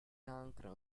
cancro